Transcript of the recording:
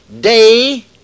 day